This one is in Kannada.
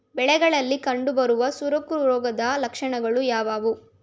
ಬೆಳೆಗಳಲ್ಲಿ ಕಂಡುಬರುವ ಸೊರಗು ರೋಗದ ಲಕ್ಷಣಗಳು ಯಾವುವು?